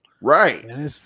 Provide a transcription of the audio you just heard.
right